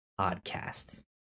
podcasts